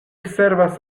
servas